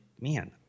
man